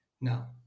Now